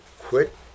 quit